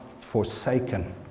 forsaken